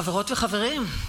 חברות וחברים,